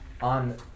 on